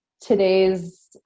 today's